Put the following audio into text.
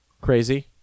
Crazy